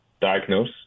diagnose